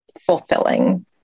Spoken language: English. fulfilling